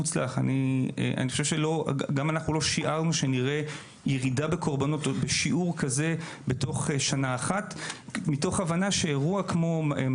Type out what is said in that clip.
גם אנחנו לא שיערנו שנראה שיעור כזה של ירידה בקורבנות בתוך שנה אחת,